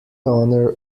honor